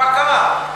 מה קרה?